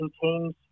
contains